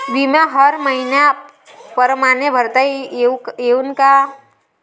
बिमा हर मइन्या परमाने भरता येऊन का?